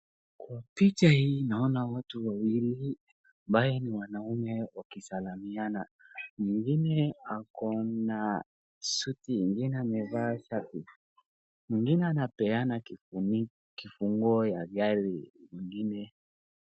Watu wawili ambaye ni wanaume wakisalamiana. Mwingine ako na suti, mwingine amevaa shati. Mwingine anapeana kifuniko kifunguo ya gari mwingine.